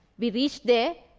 we reached there,